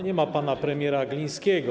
Nie ma pana premiera Glińskiego.